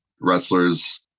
wrestlers